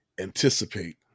Anticipate